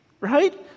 right